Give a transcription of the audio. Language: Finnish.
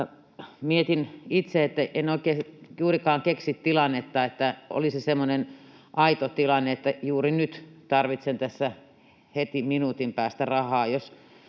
Mietin itse, että en oikein juurikaan keksi tilannetta, että olisi semmoinen aito tilanne, että juuri nyt tarvitsisin tässä heti minuutin päästä rahaa. Jos